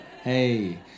Hey